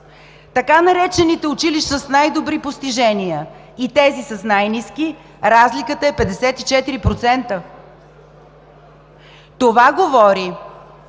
така наречените училища с най-добри постижения, и тези с най-ниски, разликата е 54%. Това говори